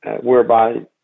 whereby